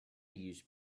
use